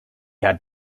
had